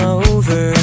over